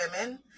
women